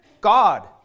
God